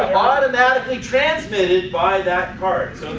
automatically transmitted by that card.